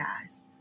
guys